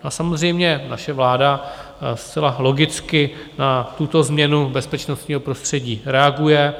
A samozřejmě naše vláda zcela logicky na tuto změnu bezpečnostního prostředí reaguje.